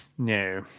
No